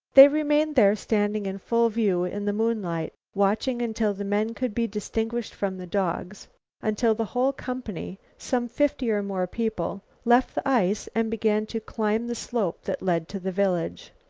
they remained there standing in full view in the moonlight, watching until the men could be distinguished from the dogs until the whole company, some fifty or more people, left the ice and began to climb the slope that led to the village.